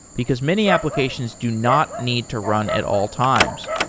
because many applications do not need to run at all times.